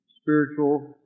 spiritual